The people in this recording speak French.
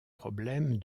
problème